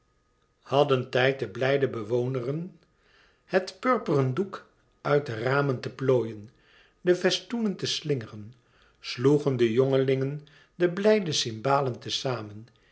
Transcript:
hadden tijd de blijde bewoneren het purperen doek uit de ramen te plooien de festoenen te slingeren sloegen de jongelingen de blijde cymbalen te zamen